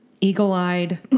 eagle-eyed